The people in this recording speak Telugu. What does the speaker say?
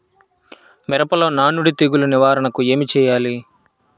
మిరపలో నానుడి తెగులు నివారణకు ఏమి చేయాలి?